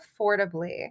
affordably